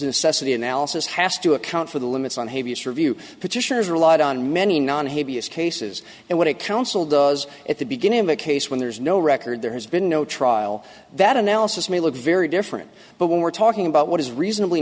the analysis has to account for the limits on hey vs review petitioners relied on many non habeas cases and what it counsel does at the beginning of the case when there is no record there has been no trial that analysis may look very different but when we're talking about what is reasonably